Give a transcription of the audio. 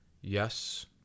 yes